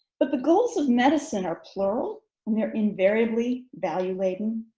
but the goals of medicine are plural there invariably value-laden.